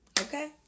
Okay